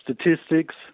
statistics